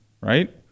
right